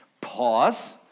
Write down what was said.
pause